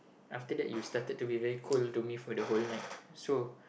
after that you started to be very cold to me for the whole night so